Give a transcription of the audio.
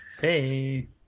hey